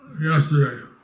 Yesterday